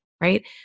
right